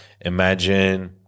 imagine